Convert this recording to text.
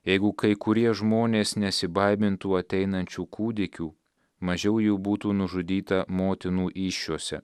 jeigu kai kurie žmonės nesibaimintų ateinančių kūdikių mažiau jų būtų nužudyta motinų įsčiose